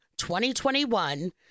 2021